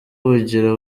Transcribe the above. bugira